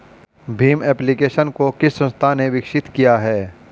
Bhim application को किस संस्था ने विकसित किया है?